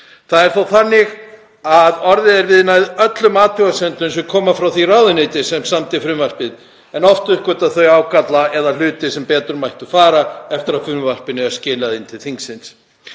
Það er þó þannig að orðið er við öllum athugasemdum sem koma frá því ráðuneyti sem samdi frumvarpið en oft uppgötvar það ágalla eða hluti sem betur mættu fara eftir að frumvarpinu er skilað inn til þingsins.